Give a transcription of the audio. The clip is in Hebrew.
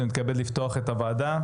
אני מתכבד לפתוח את הוועדה.